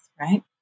right